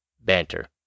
Banter